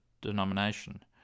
denomination